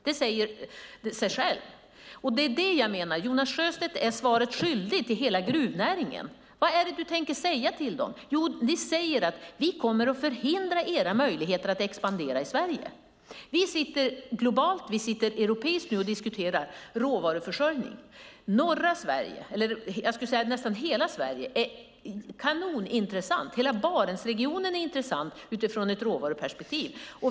Det säger sig självt. Jonas Sjöstedt är svaret skyldig till hela gruvnäringen. Vad är det du tänker säga till dem? Ni säger att ni kommer att förhindra deras möjligheter att expandera i Sverige. Vi sitter och diskuterar råvaruförsörjning globalt och europeiskt. Norra Sverige, ja, nästan hela Sverige, skulle jag säga, är kanonintressant! Hela Barentsregionen är intressant ur ett råvaruperspektiv.